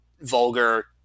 vulgar